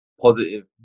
positive